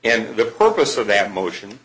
and the purpose of that motion